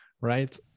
right